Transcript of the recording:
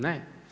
Ne.